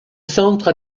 centre